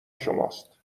شماست